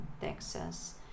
Texas